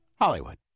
Hollywood